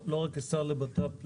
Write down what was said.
לא רק כשר לבט"פ לשעבר,